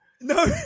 no